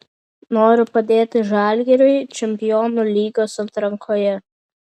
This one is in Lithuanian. noriu padėti žalgiriui čempionų lygos atrankoje